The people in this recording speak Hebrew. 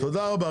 תודה רבה.